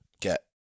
get